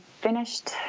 finished